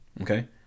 Okay